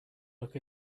look